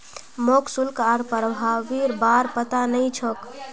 मोक शुल्क आर प्रभावीर बार पता नइ छोक